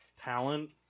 talent